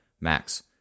max